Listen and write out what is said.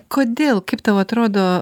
kodėl kaip tau atrodo